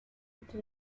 bitte